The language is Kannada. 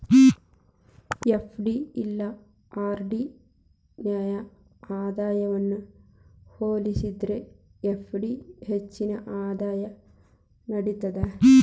ಎಫ್.ಡಿ ಇಲ್ಲಾ ಆರ್.ಡಿ ನ್ಯಾಗ ಆದಾಯವನ್ನ ಹೋಲಿಸೇದ್ರ ಎಫ್.ಡಿ ಹೆಚ್ಚಿನ ಆದಾಯ ನೇಡ್ತದ